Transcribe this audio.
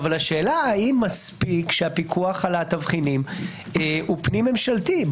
השאלה האם מספיק שהפיקוח על התבחינים הוא פנים ממשלתי.